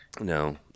No